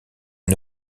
est